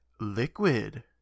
liquid